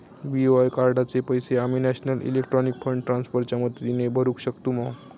BOI कार्डाचे पैसे आम्ही नेशनल इलेक्ट्रॉनिक फंड ट्रान्स्फर च्या मदतीने भरुक शकतू मा?